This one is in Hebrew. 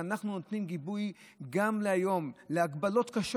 אם אנחנו נותנים גיבוי גם היום להגבלות קשות